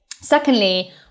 Secondly